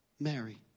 Mary